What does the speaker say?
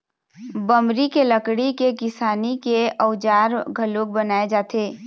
बमरी के लकड़ी के किसानी के अउजार घलोक बनाए जाथे